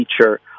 feature